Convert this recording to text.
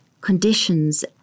conditions